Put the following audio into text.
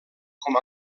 com